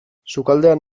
sukaldean